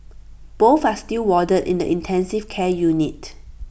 both are still warded in the intensive care unit